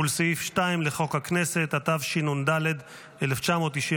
ולסעיף 2 לחוק הכנסת, התשנ"ד 1994,